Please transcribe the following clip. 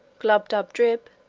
glubbdubdrib,